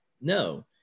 No